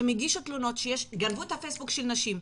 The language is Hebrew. שהם הגישו תלונות שגנבו את הפייסבוק של נשים,